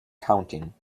counting